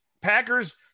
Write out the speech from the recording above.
Packers